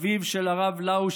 אביו של הרב לאו,